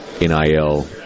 NIL